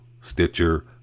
Stitcher